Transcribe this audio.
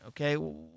Okay